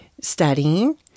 studying